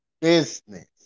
business